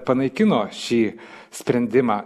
panaikino šį sprendimą